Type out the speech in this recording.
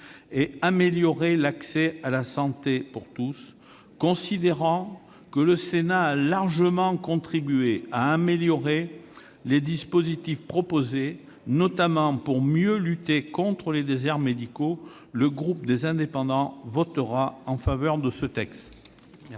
et améliorer l'accès à la santé pour tous ; considérant que le Sénat a largement contribué à en améliorer les dispositions, notamment pour mieux lutter contre les déserts médicaux, le groupe Les Indépendants-République et